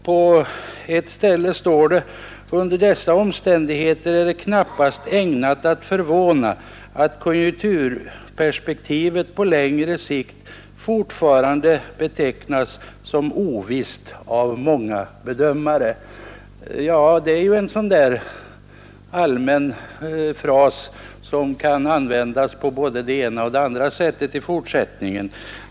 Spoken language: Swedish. På ett ställe i utskottsbetänkandet står det: ”Under dessa omständigheter är det knappast ägnat att förvåna att konjunkturperspektivet på längre sikt fortfarande betecknas som ovisst av många bedömare.” Det är ju en sådan där allmän fras som kan användas på både det ena och det andra sättet i fortsättningen.